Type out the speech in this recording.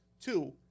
Two